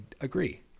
agree